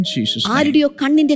Jesus